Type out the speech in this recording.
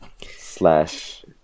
Slash